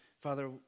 Father